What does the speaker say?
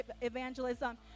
evangelism